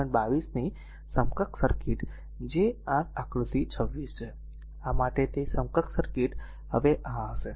22 ની સમકક્ષ સર્કિટ જે r આકૃતિ 26 છે આ આ માટે તે સમકક્ષ સર્કિટ હવે આ હશે